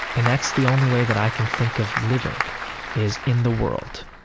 and that's the only way that i can think of living is in the world,